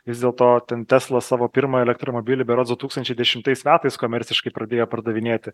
vis dėlto ten tesla savo pirmą elektromobilį berods du tūkstančiai dešimtais metais komerciškai pradėjo pardavinėti